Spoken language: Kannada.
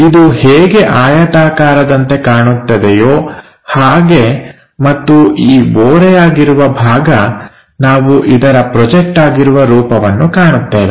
ಇದು ಹೇಗೆ ಆಯತಾಕಾರದಂತೆ ಕಾಣುತ್ತದೆಯೋ ಹಾಗೆ ಮತ್ತು ಈ ಓರೆಯಾಗಿರುವ ಭಾಗ ನಾವು ಇದರ ಪ್ರೊಜೆಕ್ಟ್ ಆಗಿರುವ ರೂಪವನ್ನು ಕಾಣುತ್ತೇವೆ